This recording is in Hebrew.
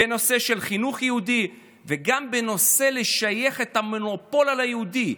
בנושא של חינוך יהודי וגם בנושא של לשייך את המונופול על היהודי: